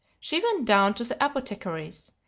she went down to the apothecary's,